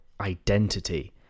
identity